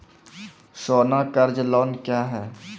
सोना कर्ज लोन क्या हैं?